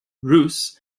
russ